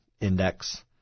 Index